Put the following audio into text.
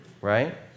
right